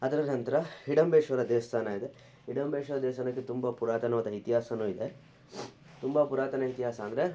ಅದರ ನಂತರ ಹಿಡಂಬೇಶ್ವರ ದೇವಸ್ಥಾನ ಇದೆ ಹಿಡಂಬೇಶ್ವರ ದೇವಸ್ಥಾನಕ್ಕೆ ತುಂಬ ಪುರಾತನವಾದ ಇತಿಹಾಸವು ಇದೆ ತುಂಬ ಪುರಾತನ ಇತಿಹಾಸ ಅಂದರೆ